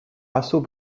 assaut